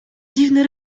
dziwny